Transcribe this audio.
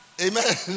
Amen